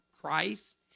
Christ